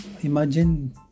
Imagine